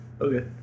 Okay